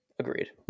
Agreed